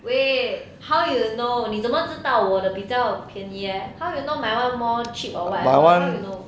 喂 how you know 你怎么知道我的比较便宜 leh how you know my [one] more cheap or what how you know